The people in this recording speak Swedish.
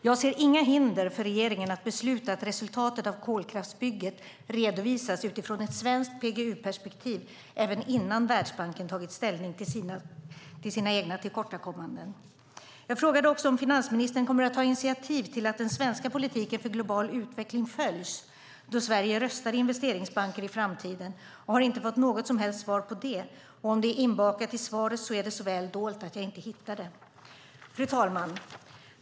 Jag ser inga hinder för regeringen att besluta att resultatet av kolkraftverksbygget ska redovisas utifrån ett svenskt PGU-perspektiv även innan Världsbanken tagit ställning till sina egna tillkortakommanden. Jag frågade också om finansministern kommer att ta initiativ till att den svenska politiken för global utveckling följs då Sverige röstar i Investeringsbanken i framtiden, men har inte fått något som helst svar på det. Om det är inbakat i svaret är det så väl dolt att jag inte hittar det. Fru talman!